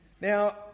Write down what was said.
Now